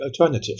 alternative